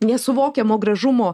nesuvokiamo gražumo